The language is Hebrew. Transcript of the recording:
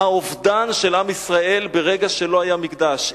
האובדן של עם ישראל ברגע שלא היה מקדש.